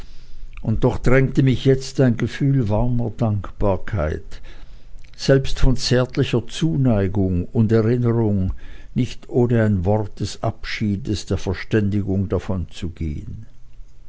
und doch drängte mich jetzt ein gefühl von warmer dankbarkeit selbst von zärtlicher zuneigung und erinnerung nicht ohne ein wort des abschiedes der verständigung davonzugehen